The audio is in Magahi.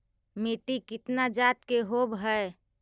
मिट्टी कितना जात के होब हय?